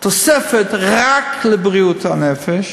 תוספת רק לבריאות הנפש,